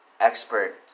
expert